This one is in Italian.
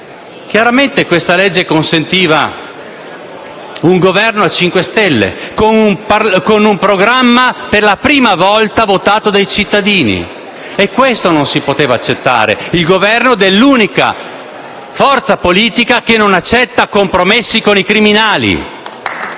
Chiaramente questa legge consentiva un Governo a 5 Stelle, con un programma per la prima volta votato dai cittadini. E questo non si poteva accettare: il Governo dell'unica forza politica che non accetta compromessi con i criminali.